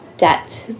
debt